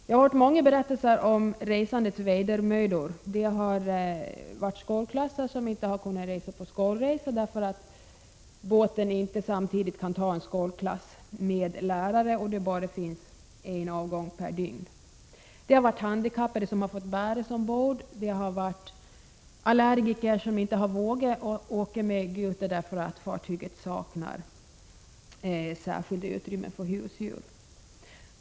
Jag har hört många berättelser om resandets vedermödor. Skolklasser har inte kunnat resa på skolresa därför att båten inte samtidigt kan ta en skolklass med lärare och det bara finns en avgång per dygn. Handikappade har fått bäras ombord. Allergiker har inte vågat åka med Gute därför att fartyget saknar särskilda utrymmen för husdjur.